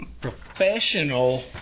Professional